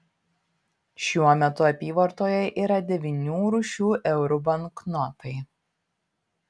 šiuo metu apyvartoje yra devynių rūšių eurų banknotai